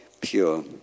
pure